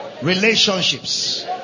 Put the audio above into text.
relationships